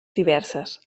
diverses